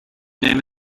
name